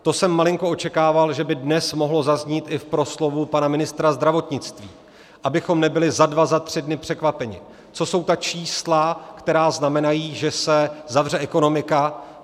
To jsem malinko očekával, že by dnes mohlo zaznít i v proslovu pana ministra zdravotnictví, abychom nebyli za dva, za tři dny překvapeni, co jsou ta čísla, která znamenají, že se zavře ekonomika.